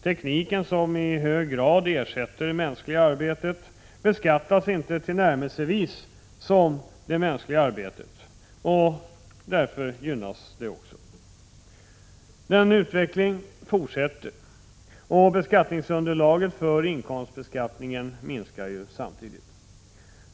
Tekniken, som i hög grad ersätter det mänskliga arbetet, beskattas inte tillnärmelsevis som detta och gynnas därför. Denna utveckling fortsätter, och beskattningsunderlaget för inkomstbeskattningen minskar samtidigt.